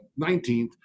19th